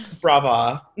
brava